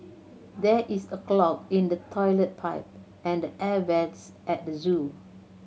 there is a clog in the toilet pipe and the air vents at the zoo